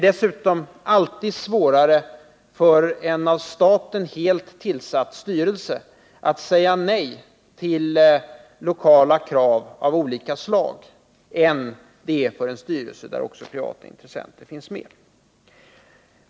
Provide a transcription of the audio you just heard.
Dessutom är det alltid svårare för en styrelse som tillsatts av enbart staten att säga nej till lokala krav av olika slag än för en styrelse där också privata intressenter finns med.